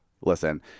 listen